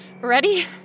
Ready